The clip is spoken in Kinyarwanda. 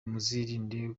muzirinde